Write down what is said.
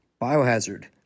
Biohazard